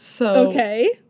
Okay